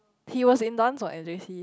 he was in dance [what] in J_C